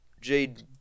Jade